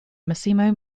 massimo